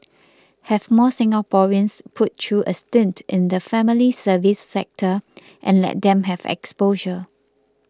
have more Singaporeans put through a stint in the family service sector and let them have exposure